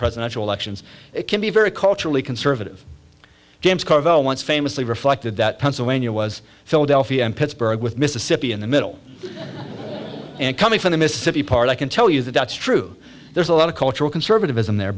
presidential elections it can be very culturally conservative james carville once famously reflected that pennsylvania was philadelphia and pittsburgh with mississippi in the middle and coming from the mississippi part i can tell you that that's true there's a lot of cultural conservati